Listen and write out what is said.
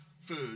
food